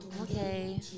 Okay